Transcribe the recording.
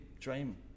dream